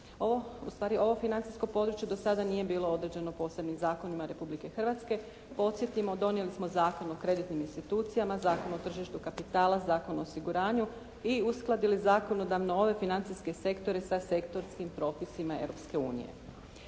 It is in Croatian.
U stvari ovo financijsko područje do sada nije bilo određeno posebnim zakonima Republike Hrvatske. Podsjetimo, donijeli smo Zakon o kreditnim institucijama, Zakon o tržištu kapitala, Zakon o osiguranju i uskladili zakonodavno ove financijske sektorima sa sektorskim propisima